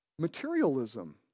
materialism